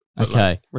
Okay